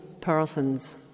persons